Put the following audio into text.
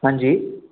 हांजी